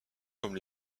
comme